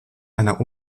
einer